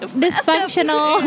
dysfunctional